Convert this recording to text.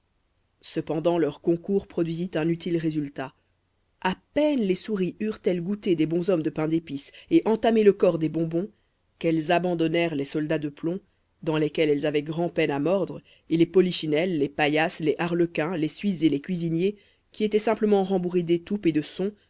cependant leur concours produisit un utile résultat à peine les souris eurent elles goûté des bonshommes de pain d'épice et entamé le corps de bonbons qu'elles abandonnèrent les soldats de plomb dans lesquels elles avaient grand'peine à mordre et les polichinelles les paillasses les arlequins les suisses et les cuisiniers qui étaient simplement rembourrés d'étoupe et de son